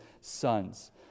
sons